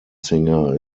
singer